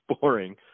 boring